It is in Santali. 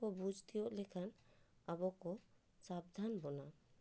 ᱠᱚ ᱵᱩᱡᱽ ᱛᱤᱭᱳᱜ ᱞᱮᱠᱷᱟᱱ ᱟᱵᱚ ᱠᱚ ᱥᱟᱵᱽᱫᱷᱟᱱ ᱵᱚᱱᱟ